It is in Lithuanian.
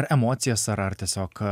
emocijas ar ar tiesiog